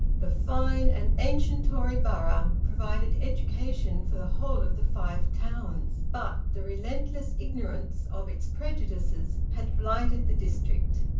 the fine and ancient tory borough provided education for the whole of the five towns, but the relentless ignorance of its prejudices had blighted the district.